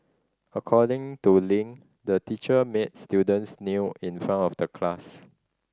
according to Ling the teacher made students kneel in front of the class